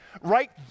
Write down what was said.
right